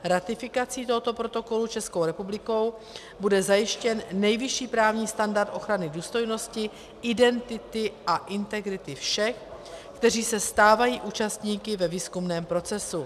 Ratifikací tohoto protokolu Českou republikou bude zajištěn nejvyšší právní standard ochrany důstojnosti, identity a integrity všech, kteří se stávají účastníky ve výzkumném procesu.